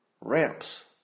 ramps